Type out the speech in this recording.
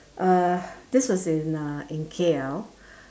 uh this was in uh in K_L